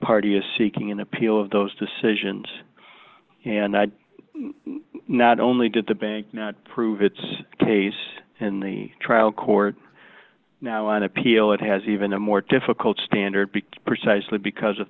party is seeking an appeal of those decisions not only did the bank not prove its case in the trial court now on appeal it has even a more difficult standard be precisely because of